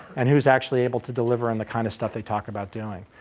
and who is actually able to deliver on the kind of stuff they talk about doing.